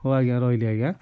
ହଉ ଆଜ୍ଞା ରହିଲି ଆଜ୍ଞା